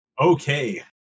Okay